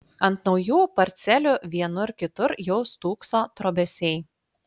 ant naujų parcelių vienur kitur jau stūkso trobesiai